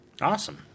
Awesome